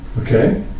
Okay